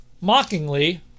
mockingly